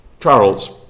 Charles